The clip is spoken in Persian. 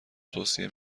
توصیه